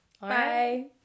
Bye